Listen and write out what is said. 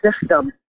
system